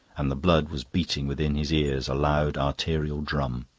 and the blood was beating within his ears a loud arterial drum.